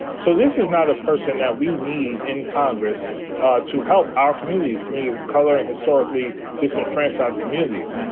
so this is not a person that we need in congress to help our communities, communities of color and historically disenfranchised communities.